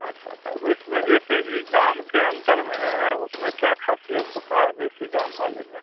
अच्छा अच्छा तब इसमें ऐसे इस दाम के अंतर में उसमें क्या ख़ासियत होती है बेशी दाम वाले में